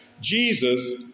Jesus